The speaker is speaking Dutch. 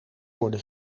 worden